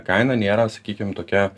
kaina nėra sakykim tokia